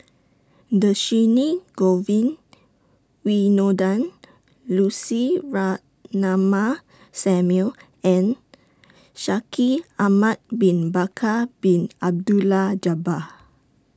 Dhershini Govin Winodan Lucy Ratnammah Samuel and Shaikh Ahmad Bin Bakar Bin Abdullah Jabbar